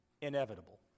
inevitable